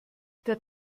der